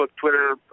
Twitter